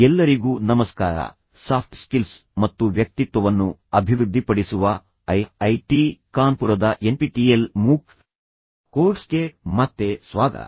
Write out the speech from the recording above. ಎಲ್ಲರಿಗೂ ನಮಸ್ಕಾರ soft skills ಮತ್ತು ವ್ಯಕ್ತಿತ್ವವನ್ನು ಅಭಿವೃದ್ಧಿಪಡಿಸುವ ಐ ಐ ಟಿ ಕಾನ್ಪುರದ ಎನ್ಪಿಟಿಇಎಲ್ ಮೂಕ್ ಕೋರ್ಸ್ಗೆ ಮತ್ತೆ ಸ್ವಾಗತ